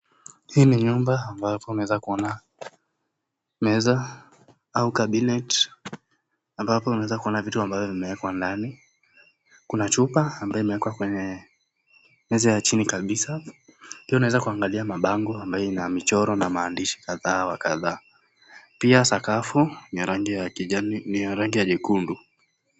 Hii ni nyumba ambayo tunaweza kuona meza au cabinet ambapo unaweza kuona vitu ambavyo vimewekwa ndani, kuna chupa ambayo imewekwa kwenye meza ya chini kabisa. Pia unaweza kuangalia mabango ambayo ina michoro na maandishi kadha wa kadhaa, pia sakafu ni ya rangi ya nyekundu.